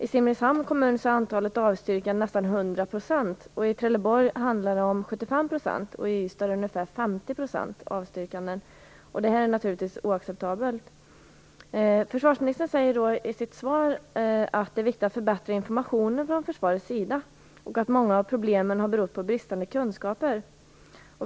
I Simrishamns kommun är antalet avstyrkanden nästan 100 %, och i Trelleborg handlar det om 75 %. I Ystad är det ungefär 50 % avstyrkanden. Det är naturligtvis oacceptabelt. Försvarsministern säger i sitt svar att det är viktigt att förbättra informationen från försvarets sida och att många av problemen har berott på bristande kunskaper.